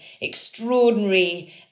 extraordinary